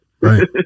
Right